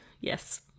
Yes